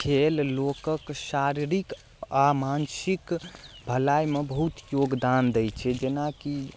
खेल लोकक शारीरिक आओर मानसिक भलाइमे बहुत योगदान दै छै जेनाकि